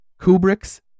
Kubrick's